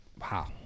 Wow